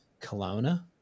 Kelowna